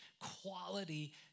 quality